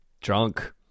Drunk